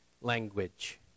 language